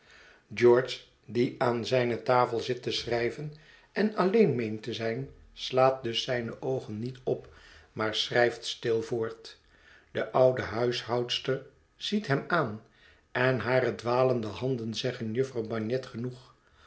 george die aan zijne tafel zit te schrijven en alleen meent te zijn slaat dus zijne oogen niet op maar schrijft stil voort de oude huishoudster ziet hem aan en hare dwalende handen zeggen jufvrouw bagnet genoeg